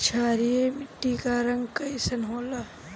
क्षारीय मीट्टी क रंग कइसन होला?